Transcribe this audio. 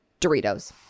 Doritos